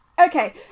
Okay